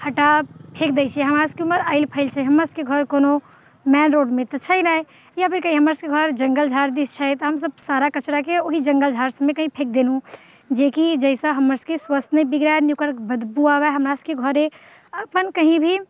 हटा फेक दै छियै हमरा सबके म अइल फैल छै हमरा सबके घर कोनो मेन रोडमे तऽ छै नहि या फेर कहीँ हमर सबके घर जङ्गल झाड़ दिस छै तऽ हमसब सारा कचराके ओहि जङ्गल झाड़ सबमे कहीँ फेक देलहुँ जेकि जाहिसँ हमर सबके स्वास्थय नहि बिगड़ै नहि ओकर बदबू आबे हमरा सबके घरे अपन कही भी